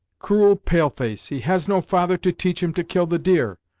cruel pale-face he has no father to teach him to kill the deer,